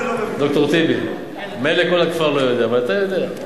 ד"ר טיבי, מילא כל הכפר לא יודע, אבל אתה יודע.